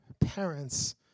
parents